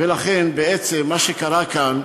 בעצם מה שקרה כאן,